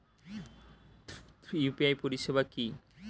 UPI পরিসেবা কি?